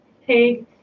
Hey